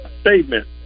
statement